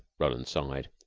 roland sighed.